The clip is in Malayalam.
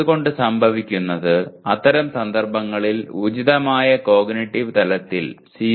അതുകൊണ്ട് സംഭവിക്കുന്നത് അത്തരം സന്ദർഭങ്ങളിൽ ഉചിതമായ കോഗ്നിറ്റീവ് തലത്തിൽ സി